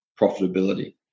profitability